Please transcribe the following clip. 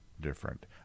different